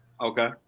okay